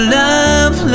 love